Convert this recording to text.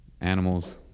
animals